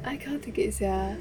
I cannot take it sia